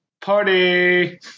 Party